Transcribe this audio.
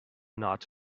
not